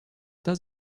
does